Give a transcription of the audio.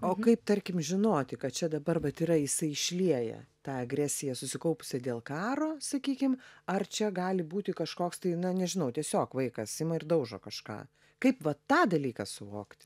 o kaip tarkim žinoti kad čia dabar vat yra jisai išlieja tą agresiją susikaupusią dėl karo sakykim ar čia gali būti kažkoks tai na nežinau tiesiog vaikas ima ir daužo kažką kaip va tą dalyką suvokti